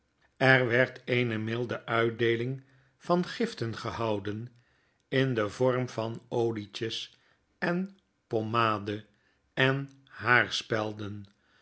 er werd eene mildeuitdeelingvangiften gehouden in den vorm van olietjes en pommade en haarspelden